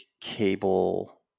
cable